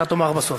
אתה תאמר בסוף.